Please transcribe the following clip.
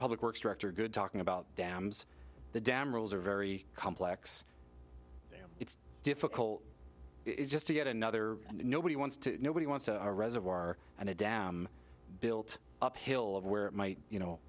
public works director good talking about dams the dam rules are very complex it's difficult just to get another nobody wants to nobody wants a reservoir and a dam built uphill of where it might you know